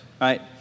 right